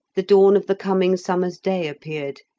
the dawn of the coming summer's day appeared,